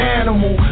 animal